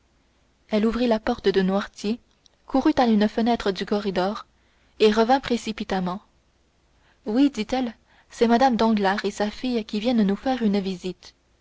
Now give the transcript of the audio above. elle ouvrit la porte de noirtier courut à une fenêtre du corridor et revint précipitamment oui dit-elle c'est mme danglars et sa fille qui viennent nous faire une visite